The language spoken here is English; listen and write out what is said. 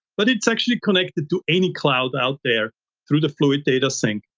but it's actually connected to any cloud out there through the fluid data sync.